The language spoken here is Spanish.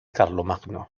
carlomagno